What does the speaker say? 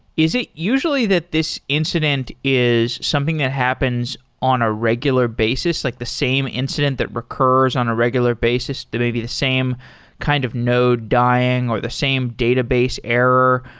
is it usually that this incident is something that happens on a regular basis, like the same incident that recurs on a regular basis that may be the same kind of node dying, or the same database error?